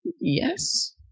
Yes